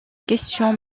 questions